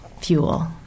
fuel